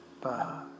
Bye